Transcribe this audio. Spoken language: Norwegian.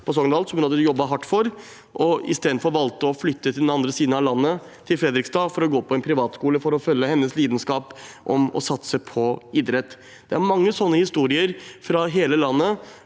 som hun hadde jobbet hardt for, og istedenfor valgte å flytte til den andre siden av landet, til Fredrikstad, for å gå på en privatskole for å følge sin lidenskap og satse på idrett. Det er mange sånne historier fra hele landet